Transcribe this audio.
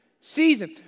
season